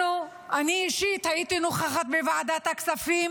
אנחנו, אני אישית, הייתי בוועדת הכספים